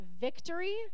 victory